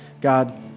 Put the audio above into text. God